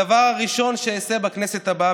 הדבר הראשון שאעשה בכנסת הבאה,